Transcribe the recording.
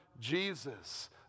Jesus